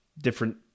different